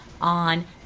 on